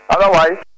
Otherwise